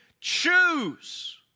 choose